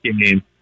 game